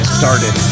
started